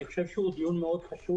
אני חושב שהדיון מאוד חשוב.